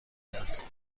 است